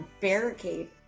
barricade